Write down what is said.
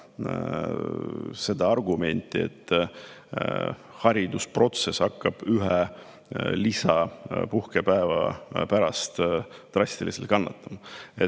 seda argumenti, et haridusprotsess hakkab ühe lisapuhkepäeva pärast drastiliselt kannatama.